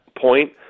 point